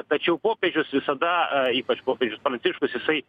tačiau popiežius visada ypač popiežius pranciškus jisai